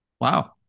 Wow